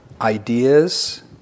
ideas